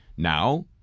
Now